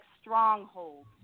strongholds